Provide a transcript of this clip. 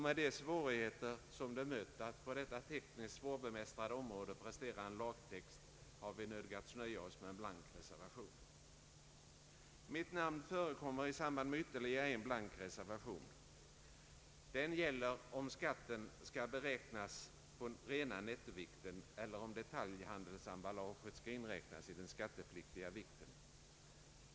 Med de svårigheter som mött att på detta tekniskt svårbemästrade område prestera en lagtext har vi nödgats nöja oss med en blank reservation. Mitt namn förekommer i samband med ytterligare en blank reservation. Den gäller om skatten skall beräknas på rena nettovikten eller om detaljhandelsemballaget skall inräknas i den skattepliktiga vikten.